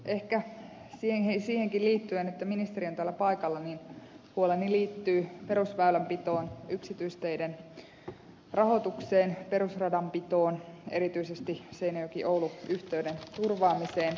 ehkä siihenkin liittyen että ministeri on täällä paikalla huoleni liittyy perusväylänpitoon yksityisteiden rahoitukseen perusradanpitoon erityisesti seinäjokioulu yhteyden turvaamiseen